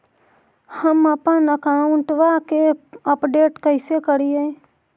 हमपन अकाउंट वा के अपडेट कैसै करिअई?